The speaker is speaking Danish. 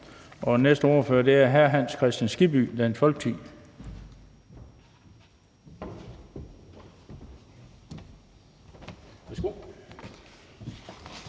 Den næste ordfører er hr. Hans Kristian Skibby, Dansk Folkeparti.